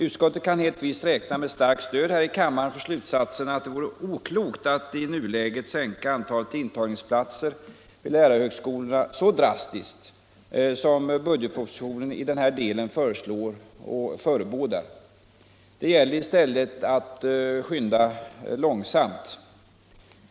Utskottet kan helt visst räkna med starkt stöd här i kammaren för slutsatsen att det vore oklokt att i nuläget sänka antalet intagningsplatser vid lärarhögskolorna så drastiskt som budgetpropositionen i denna del föreslår och förebådar. Det gäller i stället att ”skynda långsamt”.